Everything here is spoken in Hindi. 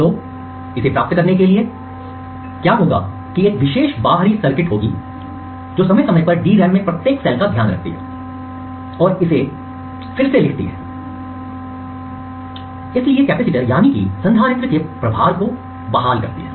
तो इसे प्राप्त करने के लिए क्या होगा कि एक विशेष बाहरी सर्किटरी होगी जो समय समय पर DRAM में प्रत्येक सेल का ध्यान रखती है और इसे फिर से लिखती है इसलिए कैपेसिटीर संधारित्र के प्रभार को बहाल करता है